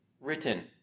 written